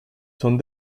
son